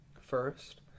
First